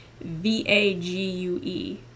v-a-g-u-e